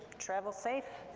travel safe,